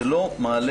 זה לא מעלה,